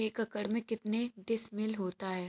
एक एकड़ में कितने डिसमिल होता है?